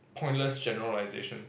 pointless generalization